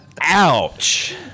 Ouch